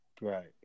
Right